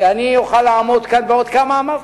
שאני אוכל לעמוד כאן, בעוד כמה אמרת?